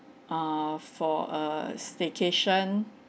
err for a staycation